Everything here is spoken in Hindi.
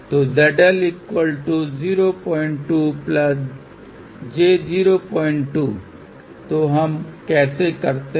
तो ZL 02 j 02 तो हम कैसे करते हैं